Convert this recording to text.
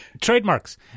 Trademarks